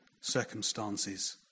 circumstances